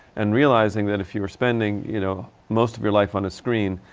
and realizing that if you are spending you know, most of your life on a screen,